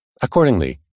Accordingly